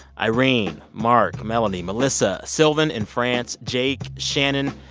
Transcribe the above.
irene, mark, melanie, melissa, sylvan in france, jake, shannon,